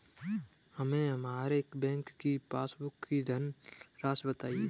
हमें हमारे बैंक की पासबुक की धन राशि बताइए